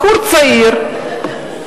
בחור צעיר,